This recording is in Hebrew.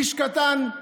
איש קטן,